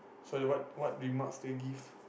so the what what remarks do you give